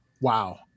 wow